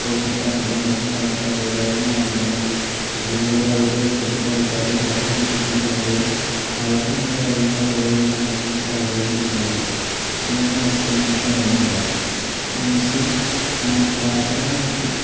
politic പാർട്ടികൾ ഉണ്ടെങ്കിൽ അവർക്ക് അതേതായ മാധ്യമങ്ങൾ ഉണ്ട് അതിൽ അവർ അവരുടെ ഓപ്പോസിറ്റ് ആൾക്കാരെ വളരെയധികം കുറ്റം പറയുകയും അവർ ചെയ്യുന്ന കാര്യങ്ങൾ വളരെയധികം നന്മ വെച്ച് പറയുകയും ചെയ്യുന്നുണ്ട് ഇതൊന്നും അത്ര നല്ല കാര്യമല്ല ന്യൂസ് നമുക്ക് വാർത്തകൾ നമുക്ക്